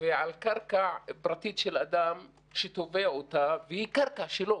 ועל קרקע פרטית של אדם שתובע אותה והיא קרקע שלו,